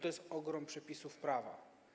To jest ogrom przepisów prawa.